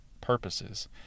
purposes